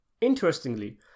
Interestingly